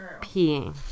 peeing